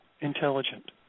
intelligent